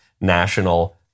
National